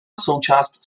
součást